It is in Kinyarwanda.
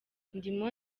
ndimo